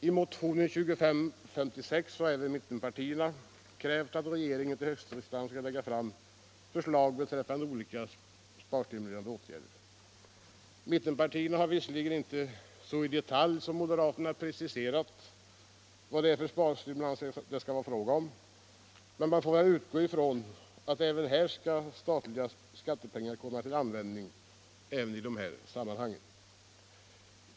I motionen 2556 har även mittenpartierna krävt att regeringen till höstriksdagen skall lägga fram ett förslag beträffande olika sparstimulerande åtgärder. Mittenpartierna har visserligen inte så i detalj som moderaterna preciserat vilka sparstimulanser det skall vara fråga om, men man får utgå ifrån att även här statliga skattepengar skall komma till användning.